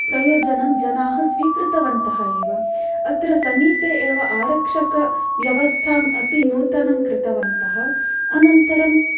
प्रयोजनं जनाः स्वीकृतवन्तः एव अत्र समीपे एव आरक्षकव्यवस्थाम् अपि नूतनं कृतवन्तः अनन्तरम्